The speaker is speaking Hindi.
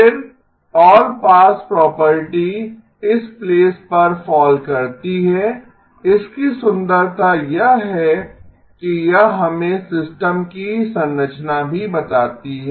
फिर ऑल पास प्रॉपर्टी इस प्लेस पर फाल करती है इसकी सुंदरता यह है कि यह हमें सिस्टम की संरचना भी बताती है